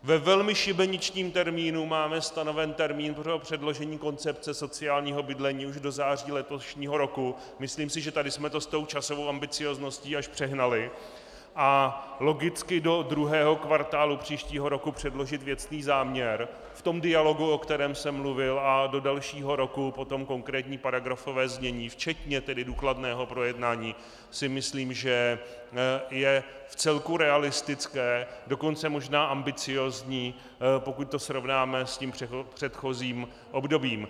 Ve velmi šibeničním termínu máme stanoven termín pro předložení koncepce sociálního bydlení už do září letošního roku myslím si, že tady jsme to s tou časovou ambiciózností až přehnali a logicky do druhého kvartálu příštího roku předložit věcný záměr v tom dialogu, o kterém jsem mluvil, a do dalšího roku potom konkrétní paragrafované znění včetně důkladného projednání si myslím, že je vcelku realistické, dokonce možná ambiciózní, pokud to srovnáme s předchozím obdobím.